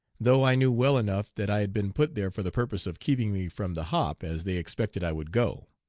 though i knew well enough that i had been put there for the purpose of keeping me from the hop, as they expected i would go.